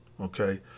okay